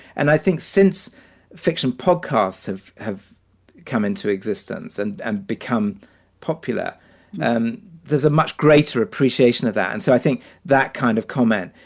and i think science fiction podcasts have have come into existence and and become popular and there's a much greater appreciation of that. and so i think that kind of comment,